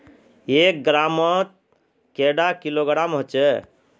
एक ग्राम मौत कैडा किलोग्राम होचे?